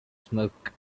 smoke